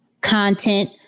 content